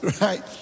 right